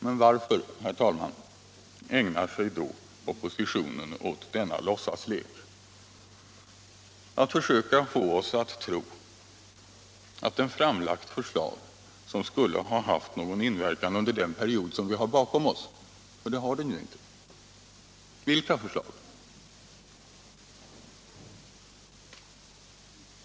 Men varför, herr talman, ägnar sig då oppositionen åt denna låtsaslek, åt att försöka få oss att tro att den framlagt förslag som skulle ha haft någon inverkan under den period som vi har bakom oss? Det har den ju inte.